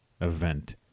event